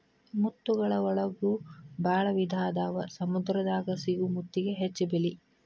ಮುತ್ತುಗಳ ಒಳಗು ಭಾಳ ವಿಧಾ ಅದಾವ ಸಮುದ್ರ ದಾಗ ಸಿಗು ಮುತ್ತಿಗೆ ಹೆಚ್ಚ ಬೆಲಿ